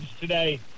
today